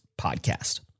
podcast